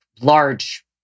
large